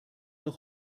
doch